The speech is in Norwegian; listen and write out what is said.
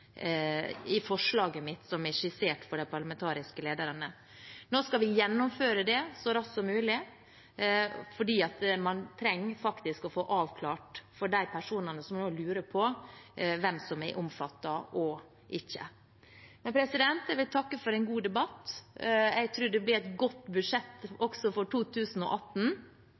i forslaget mitt, som er skissert for de parlamentariske lederne. Vi skal gjennomføre det så raskt som mulig, for man trenger å få avklart – av hensyn til de personene som lurer på det – hvem som er omfattet av det, og hvem som ikke er det. Jeg vil takke for en god debatt. Jeg tror det blir et godt budsjett også for 2018,